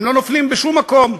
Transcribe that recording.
הם לא נופלים בשום מקום,